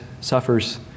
suffers